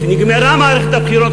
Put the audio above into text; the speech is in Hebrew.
נגמרה מערכת הבחירות,